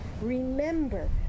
Remember